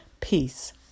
Peace